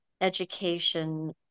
education